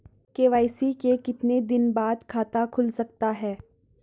KYC के कितने दिन बाद खाता खुल सकता है?